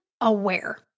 aware